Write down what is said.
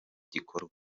gikorwa